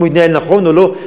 אם הוא התנהל נכון או לא.